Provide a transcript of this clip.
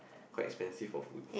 quite expensive for food